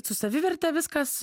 su saviverte viskas